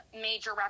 major